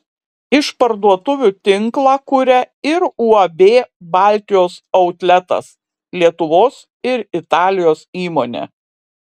išparduotuvių tinklą kuria ir uab baltijos autletas lietuvos ir italijos įmonė